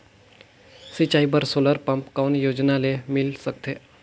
सिंचाई बर solar pump कौन योजना ले मिल सकथे?